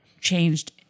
Changed